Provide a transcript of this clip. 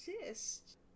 exist